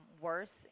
worse